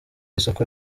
isuku